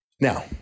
Now